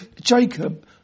Jacob